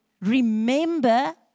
remember